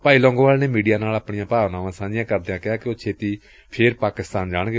ਭਾਈ ਲੌਂਗੋਵਾਲ ਨੇ ਮੀਡੀਆ ਨਾਲ ਆਪਣੀਆਂ ਭਾਵਨਾਵਾਂ ਸਾਝੀਆਂ ਕਰਦਿਆਂ ਕਿਹਾ ਕਿ ਉਹ ਛੇਤੀ ਹੀ ਫਿਰ ਪਾਕਿਸਤਾਨ ਜਾਣਗੇ